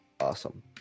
Awesome